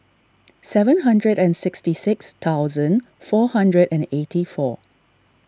seven hundred and sixty six thousand four hundred and eighty four